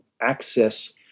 access